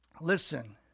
Listen